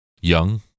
young